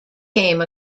came